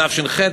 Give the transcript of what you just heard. תש"ח,